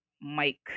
Mike